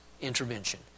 intervention